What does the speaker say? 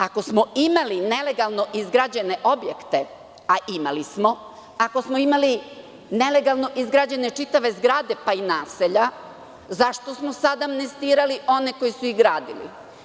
Ako smo imali nelegalno izgrađene objekte, a imali smo, ako smo imali nelegalno izgrađene čitave zgrade, pa i naselja, zašto smo sada amnestirali one koji su ih gradili?